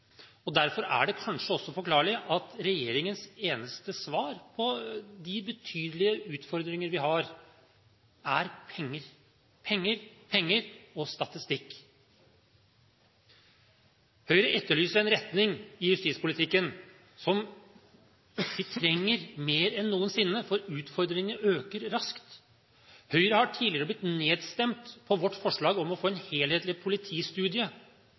Derfor er det kanskje også forklarlig at regjeringens eneste svar på de betydelige utfordringer vi har, er penger – penger, penger og statistikk. Høyre etterlyser en retning i justispolitikken som vi trenger mer enn noensinne, for utfordringene øker raskt. Høyre har tidligere blitt nedstemt på vårt forslag om å få en helhetlig politistudie